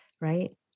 Right